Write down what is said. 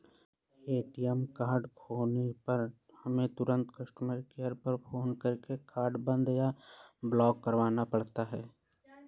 ATM card खोने पर हमें तुरंत कस्टमर केयर पर फ़ोन करके कार्ड बंद या ब्लॉक करवाना पड़ता है